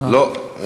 לא.